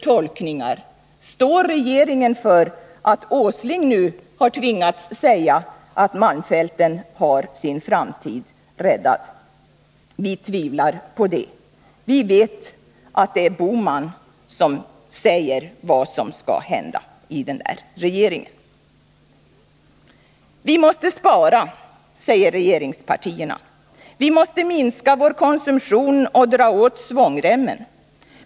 Står regeringen för det uttalande som Nils Åsling nu har tvingats göra, nämligen uttalandet att malmfälten nu har sin framtid räddad? Vi tvivlar på detta. Vi vet att det är herr Bohman som säger vad som skall hända i den här regeringen. Vi måste spara, säger regeringspartierna. Vi måste minska vår konsumtion och dra åt svångremmen.